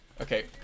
okay